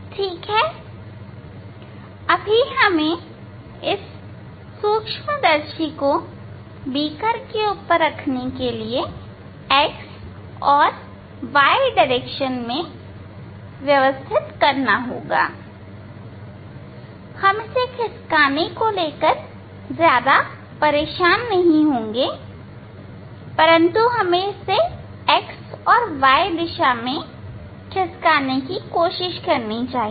ठीक है अभी हमें इस सूक्ष्मदर्शी को बीकर के ऊपर रखने के लिए x और y दिशा में व्यवस्थित करना होगा हम इसे खींसकाने को लेकर परेशान नहीं होंगे परंतु पहले इसे x दिशा और y दिशा मे खींसकाना चाहिए